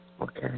Okay